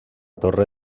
torre